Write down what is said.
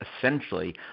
essentially